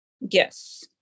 yes